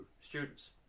students